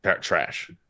Trash